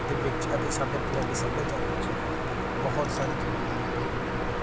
ਦੇ ਵਿੱਚ ਅਤੇ ਸਾਡੇ ਪੰਜਾਬੀ ਸੱਭਿਆਚਾਰ ਵਿੱਚ ਬਹੁਤ ਸਾਰੀ ਤਬਦੀਲੀ ਆਈ ਹੈ